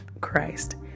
Christ